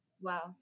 Wow